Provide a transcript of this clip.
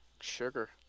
Sugar